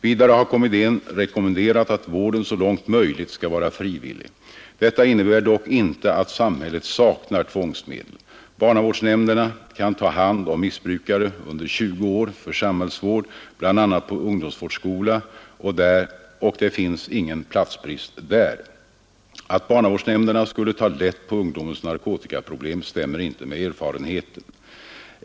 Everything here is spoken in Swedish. Vidare har kommittén rekommenderat att vården så långt möjligt skall vara frivillig. Detta innebär dock inte att samhället saknar tvångsmedel. Barnavårdsnämnderna kan ta hand om missbrukare under 20 år för samhällsvård, bl.a. på ungdomsvårdsskola, och det finns ingen platsbrist där. Att barnavårdsnämnderna skulle ta lätt på ungdomens narkotikaproblem stämmer inte med erfarenheten.